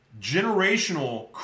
generational